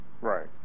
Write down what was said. Right